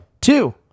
Two